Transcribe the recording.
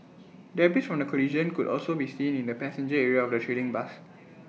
debris from the collision could also be seen in the passenger area of the trailing bus